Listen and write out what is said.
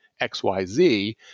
XYZ